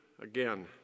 again